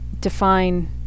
define